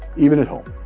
even at home,